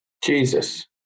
Jesus